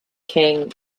king